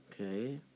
Okay